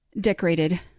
decorated